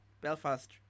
Belfast